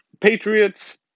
Patriots